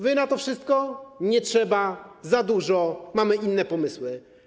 Wy na to wszystko: nie trzeba, za dużo, mamy inne pomysły.